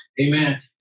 Amen